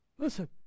Listen